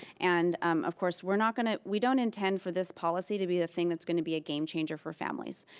and of course we're not going to, we don't intend for this policy to be the thing that's gonna be a game changer for families.